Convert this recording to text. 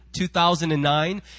2009